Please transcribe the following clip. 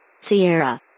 Sierra